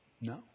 No